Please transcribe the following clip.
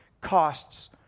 costs